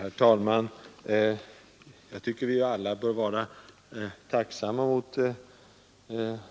Herr talman! Jag tycker att vi alla bör vara tacksamma mot